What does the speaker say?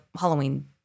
Halloween